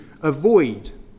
avoid